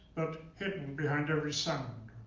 but hidden behind every sound.